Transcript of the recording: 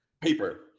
Paper